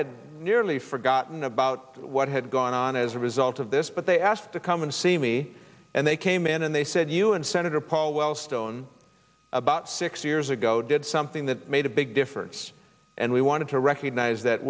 had nearly forgotten about what had gone on as a result of this but they asked to come and see me and they came in and they said you and senator paul wellstone about six years ago did something that made a big difference and we wanted to recognize that